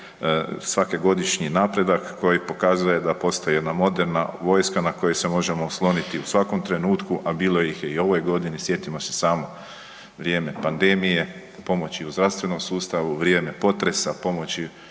svake godišnji napredak koji pokazuje da postaje jedna moderna vojska na koju se možemo osloniti u svakom trenutku, a bilo ih je u ovoj godini, sjetimo se samo vrijeme pandemije, pomoći u zdravstvenom sustavu, vrijeme potresa, pomoći